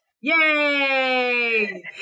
Yay